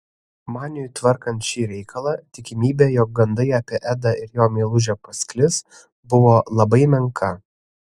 maniui tvarkant šį reikalą tikimybė jog gandai apie edą ir jo meilužę pasklis buvo labai menka